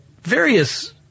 various